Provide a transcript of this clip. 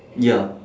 ya